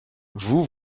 vous